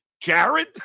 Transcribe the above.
jared